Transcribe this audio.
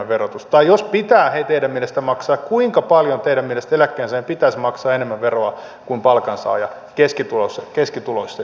tai jos pitää teidän mielestänne maksaa niin kuinka paljon teidän mielestänne keskituloisen eläkkeensaajan pitäisi maksaa enemmän veroa kuin palkansaajan